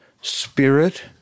spirit